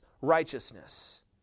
righteousness